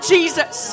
Jesus